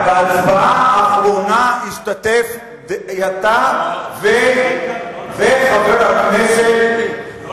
בהצבעה האחרונה השתתפו אתה וחבר הכנסת יעקב אדרי.